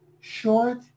short